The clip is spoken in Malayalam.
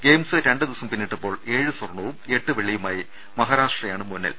ഗെയിംസ് രണ്ട് ദിവസം പിന്നിട്ടപ്പോൾ ഏഴ് സ്വർണവും ഏട്ട് വെള്ളിയുമായി മഹാരാഷ്ട്രയാണ് മുന്നിൽ